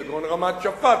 כגון רמת-שלמה,